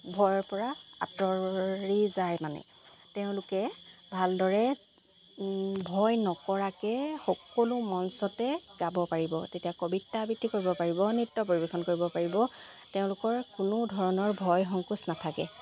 ভয়ৰপৰা আতঁৰি যায় মানে তেওঁলোকে ভালদৰে ভয় নকৰাকৈ সকলো মঞ্চতে গাব পাৰিব তেতিয়া কবিতা আবৃত্তি কৰিব পাৰিব নৃত্য পৰিৱেশন কৰিব পাৰিব তেওঁলোকৰ কোনোধৰণৰ ভয় সংকোচ নাথাকে